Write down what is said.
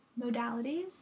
modalities